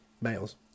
males